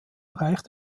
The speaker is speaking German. reich